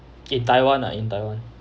in taiwan ah in taiwan